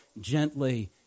gently